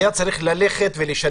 אנחנו עברנו את זה, לא צריך.